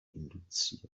induziert